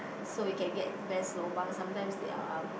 so you can get best lobang sometimes uh um